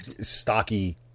stocky